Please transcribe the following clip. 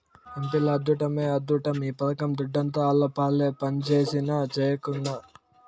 ఎంపీల అద్దుట్టమే అద్దుట్టం ఈ పథకం దుడ్డంతా ఆళ్లపాలే పంజేసినా, సెయ్యకున్నా